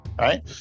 Right